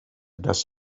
does